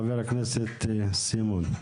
חבר הכנסת סימון.